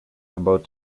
about